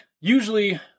usually